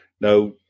Now